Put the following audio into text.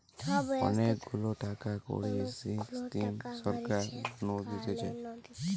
অনেক গুলা টাকা কড়ির স্কিম সরকার নু দিতেছে